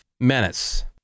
Menace